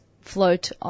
float